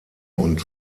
und